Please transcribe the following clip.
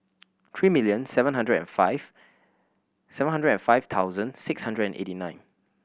three million seven hundred and five seven hundred and five thousand six hundred and eighty nine